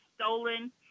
stolen